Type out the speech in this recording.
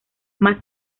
más